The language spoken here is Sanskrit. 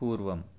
पूर्वम्